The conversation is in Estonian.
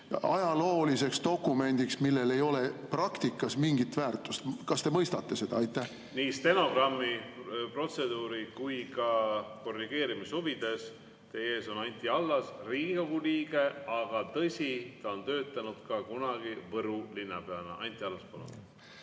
ajalooliseks dokumendiks, millel ei ole praktikas mingit väärtust. Kas te mõistate seda? Nii stenogrammi, protseduuri kui ka korrigeerimise huvides: teie ees on Anti Allas, Riigikogu liige, aga tõsi, ta on töötanud kunagi Võru linnapeana. Anti Allas, palun!